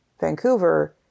Vancouver